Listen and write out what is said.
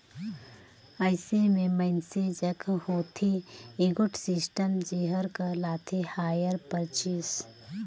अइसे में मइनसे जग होथे एगोट सिस्टम जेहर कहलाथे हायर परचेस